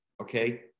okay